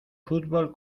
fútbol